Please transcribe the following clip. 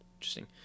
Interesting